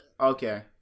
Okay